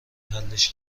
حلش